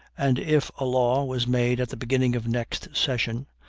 and if a law was made at the beginning of next session,